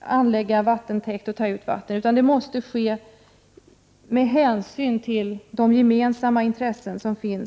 anlägga vattentäkt och ta ut vatten, utan för att detta skall få ske måste hänsyn tas till de gemensamma intressena på en ö.